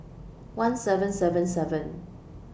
one seven seven seven